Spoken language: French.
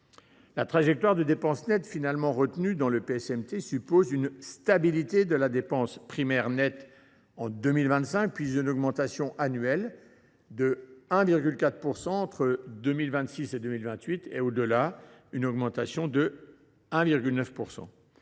La trajectoire de dépenses nettes finalement retenue dans le PSMT suppose une stabilité des dépenses primaires nettes en 2025, puis une augmentation annuelle de 1,4 % de celles ci entre 2026 et 2028, avant une hausse de 1,9